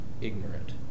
ignorant